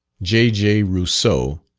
j j. rousseau,